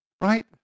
Right